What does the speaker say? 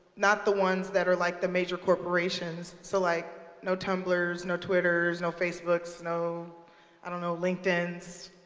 not the ones that are like the major corporations, so like no tumblrs, no twitters, no facebooks, no i don't know linkedins,